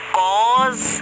cause